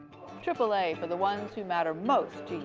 triple a, for the ones who matter most